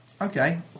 okay